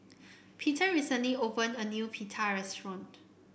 Peter recently opened a new Pita restaurant